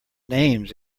names